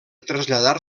traslladar